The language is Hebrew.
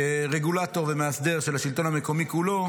כרגולטור ומאסדר של השלטון המקומי כולו,